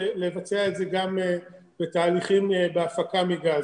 לבצע את זה בתהליכים בהפקה מגז.